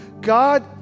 God